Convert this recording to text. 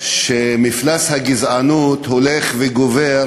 שמפלס הגזענות הולך וגובר